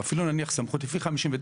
אפילו נניח סמכות לפי 59,